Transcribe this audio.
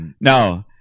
no